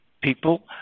People